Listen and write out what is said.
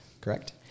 correct